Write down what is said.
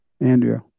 Andrew